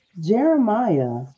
Jeremiah